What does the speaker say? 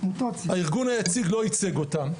הארגון היציג לא ייצג אותם.